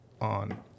on